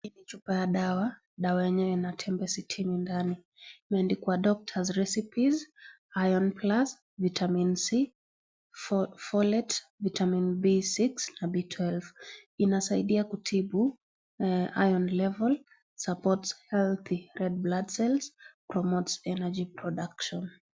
Chupa ya dawa, dawa yenyewe ina tembe sitini ndani imeandikwa doctors recipes, Iam plus vitamin c,folate vitamin B6,na B12. Inasaidia kutibu(CS )iron levels, support health red blood cells ,promotes energy production(CS)